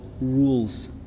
rules